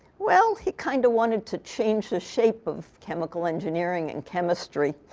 well, he kind of wanted to change the shape of chemical engineering and chemistry.